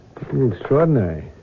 Extraordinary